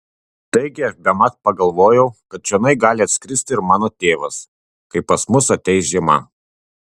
taigi aš bemat pagalvojau kad čionai gali atskristi ir mano tėvas kai pas mus ateis žiema